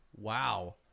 wow